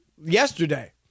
yesterday